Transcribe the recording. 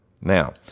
Now